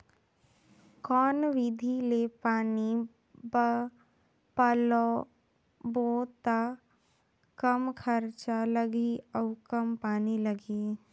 कौन विधि ले पानी पलोबो त कम खरचा लगही अउ कम पानी लगही?